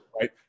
right